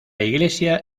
iglesia